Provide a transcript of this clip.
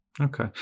Okay